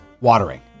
watering